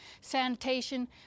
sanitation